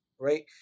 right